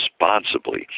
responsibly